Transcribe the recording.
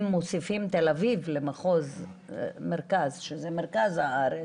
אם מוסיפים את תל אביב למחוז מרכז, שזה מרכז הארץ.